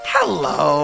Hello